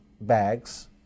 bags